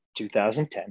2010